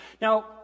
now